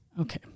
Okay